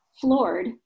floored